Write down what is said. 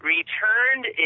Returned